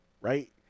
right